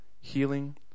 healing